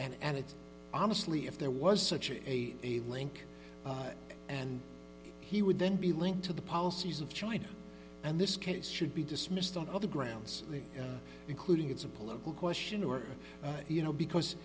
upon and it's honestly if there was such a a link and he would then be linked to the policies of china and this case should be dismissed on other grounds including it's a political question or you know because